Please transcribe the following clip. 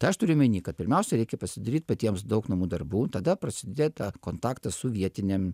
tai aš turiu omeny kad pirmiausia reikia pasidaryt patiems daug namų darbų tada prasideda kontaktas su vietinėm